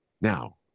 Now